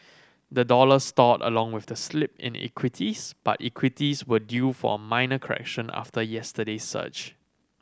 the dollar stalled along with the slip in equities but equities were due for a minor correction after yesterday's surge